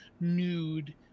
nude